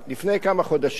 לפני כמה חודשים